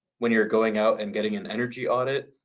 when you're going out and getting an energy audit,